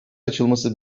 açılması